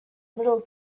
little